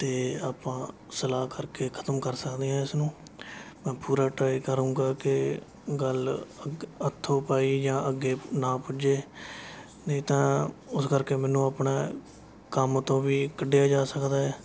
ਅਤੇ ਆਪਾਂ ਸਲਾਹ ਕਰਕੇ ਖ਼ਤਮ ਕਰ ਸਕਦੇ ਹਾਂ ਇਸਨੂੰ ਮੈਂ ਪੂਰਾ ਟਰਾਈ ਕਰੂੰਗਾ ਕਿ ਗੱਲ ਅੱਗੇ ਹੱਥੋਂ ਪਾਈ ਜਾਂ ਅੱਗੇ ਨਾ ਪੁੱਜੇ ਨਹੀਂ ਤਾਂ ਉਸ ਕਰਕੇ ਮੈਨੂੰ ਆਪਣਾ ਕੰਮ ਤੋਂ ਵੀ ਕੱਢਿਆ ਜਾ ਸਕਦਾ ਹੈ